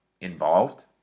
involved